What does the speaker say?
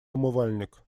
умывальник